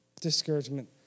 discouragement